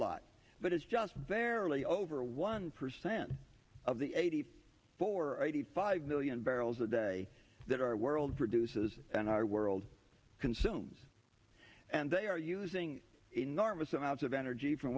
lot but it's just barely over one percent of the eighty four or eighty five million barrels a day that our world produces and our world consumes and they are using enormous amounts of energy from